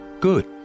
good